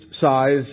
size